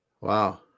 Wow